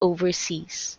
overseas